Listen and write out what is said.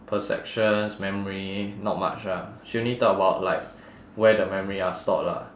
perceptions memory not much ah she only talk about like where the memory are stored lah